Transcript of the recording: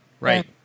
right